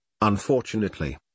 Unfortunately